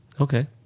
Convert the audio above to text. okay